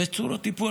ויש צורות טיפול,